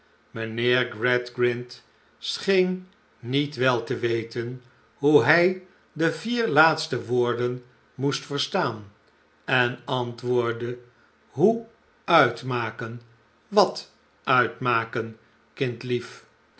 mijnheer gradgrind scheen niet wel te weten hoe hij de vier laatste woorden moest verstaan en antwoordde hoe uitmaken wat uitmaken